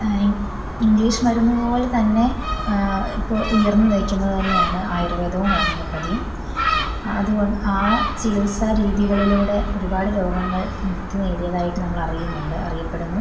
English മരുന്നുപോലെതന്നെ ഇപ്പോൾ ഉയർന്നുനിൽക്കുന്നതു തന്നെയാണ് ആയുർവേദവും ഹോമിയോപതിയും അതുകൊണ്ട് ആ ചികിൽസാരീതികളിലൂടെ ഒരുപാട് രോഗങ്ങൾ മുക്തി നേടിയതായിട്ട് നമ്മളറിയുന്നുണ്ട് അറിയപ്പെടുന്നു